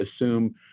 assume